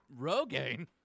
Rogaine